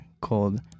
called